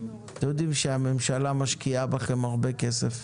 אתם יודעים שהממשלה משקיעה בכם הרבה כסף,